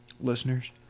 Listeners